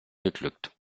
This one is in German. geglückt